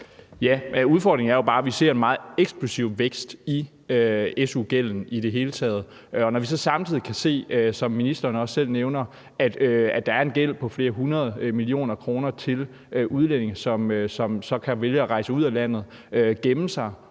Udfordringen er jo bare, at vi ser en meget eksplosiv vækst i su-gælden i det hele taget, og når vi så samtidig, som ministeren også selv nævner, kan se, at der er en gæld på flere hundrede millioner kroner hos udlændinge, som så kan vælge at rejse ud af landet, gemme sig